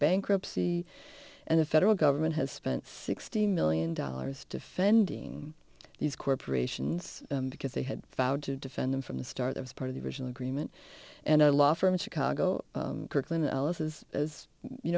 bankruptcy and the federal government has spent sixty million dollars defending these corporations because they had vowed to defend them from the start was part of the original agreement and a law firm in chicago kirkland and ellis is as you